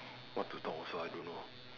what to talk also I don't know